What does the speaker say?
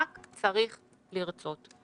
רק צריך לרצות.